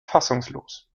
fassungslos